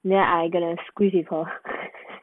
then I gonna squeeze with her